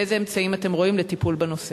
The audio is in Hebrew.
ואיזה אמצעים אתם רואים לטיפול בנושא?